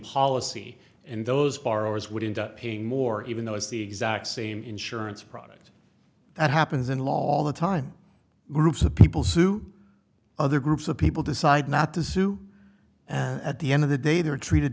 policy and those borrowers would end up paying more even though it's the exact same insurance product that happens in law the time groups of people sue other groups of people decide not to sue and at the end of the day they're treated